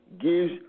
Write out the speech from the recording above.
gives